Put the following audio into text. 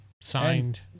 Signed